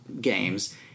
games